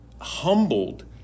humbled